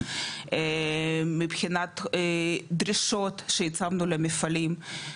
מבחינת דרישות שהצבנו למפעלים,